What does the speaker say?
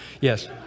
Yes